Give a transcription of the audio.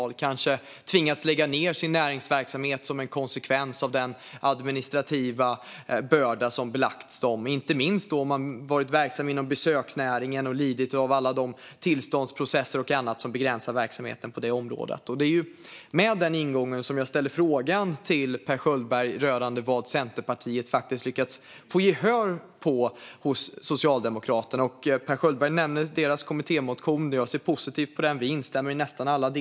De har kanske tvingats lägga ned sin näringsverksamhet som en konsekvens av den administrativa börda som ålagts dem, inte minst om de har varit verksamma inom besöksnäringen och lidit av alla de tillståndsprocesser och annat som begränsar verksamheten på detta område. Det är med denna ingång som jag ställer frågan till Per Schöldberg rörande vad Centerpartiet faktiskt lyckats få gehör för hos Socialdemokraterna. Per Schöldberg nämner Centerpartiets kommittémotion. Jag ser positivt på den, och vi instämmer i nästan alla delar.